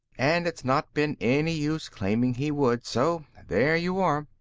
and it'd not been any use claiming he would. so there you are.